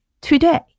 today